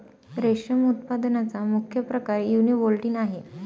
रेशम उत्पादनाचा मुख्य प्रकार युनिबोल्टिन आहे